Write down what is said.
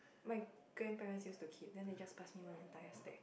my grandparents used to keep then they just pass me one entire stack